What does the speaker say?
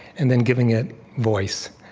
and then giving it voice.